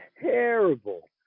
terrible